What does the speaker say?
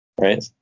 Right